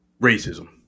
racism